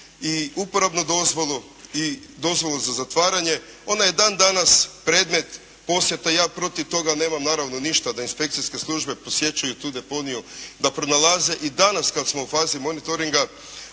i uporabnu dozvolu i dozvolu za zatvaranje, ona je dan danas predmet posjeta. Ja protiv toga nemam naravno ništa da inspekcijske službe posjećuju tu deponiju, da pronalaze i danas, kad smo u fazi monitoringa,